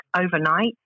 overnight